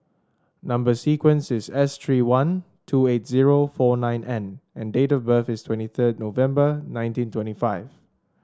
number sequence is S three one two eight zero four nine N and date of birth is twenty third November nineteen twenty five